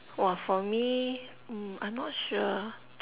!wah! for me mm I'm not sure